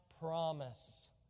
promise